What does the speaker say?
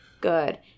Good